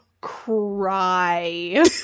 cry